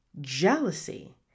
jealousy